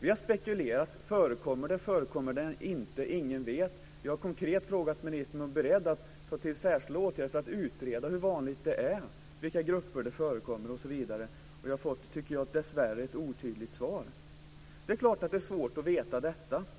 Vi har spekulerat om det förekommer eller inte. Ingen vet. Vi har konkret frågat ministern om hon är beredd att ta till särskilda åtgärder för att utreda hur vanligt det är, i vilka grupper det förekommer osv. Jag tycker dessvärre att vi har fått ett otydligt svar. Det är klart att det är svårt att veta detta.